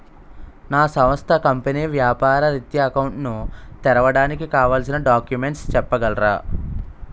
నా సంస్థ కంపెనీ వ్యాపార రిత్య అకౌంట్ ను తెరవడానికి కావాల్సిన డాక్యుమెంట్స్ చెప్పగలరా?